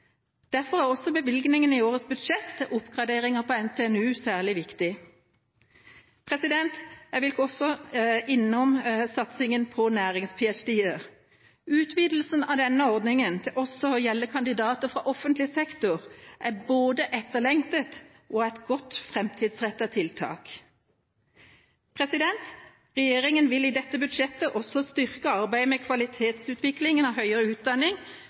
Derfor er også bevilgningene i årets budsjett til oppgraderinger ved NTNU særlig viktig. Jeg vil også innom satsingen på nærings-ph.d.-er. Utvidelse av denne ordningen til også å gjelde kandidater fra offentlig sektor er både etterlengtet og et godt framtidsrettet tiltak. Regjeringa vil i dette budsjettet også styrke arbeidet med kvalitetsutvikling av høyere utdanning,